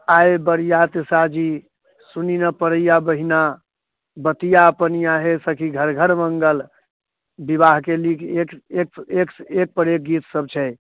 आइ बरियात साजी सुनी ने पड़ैया बहिना बतिया पनिया हे सखी घर घर मङ्गल विवाहके नीक एक एक एकसँ एकपर एक गीत सब छै